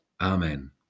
Amen